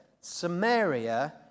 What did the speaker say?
Samaria